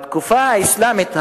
בתקופה האסלאמית,